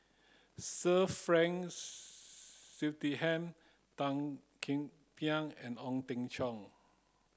Sir Frank Tan Ean Kiam and Ong Teng Cheong